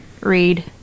read